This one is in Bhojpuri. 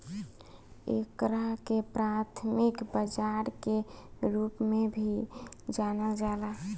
एकरा के प्राथमिक बाजार के रूप में भी जानल जाला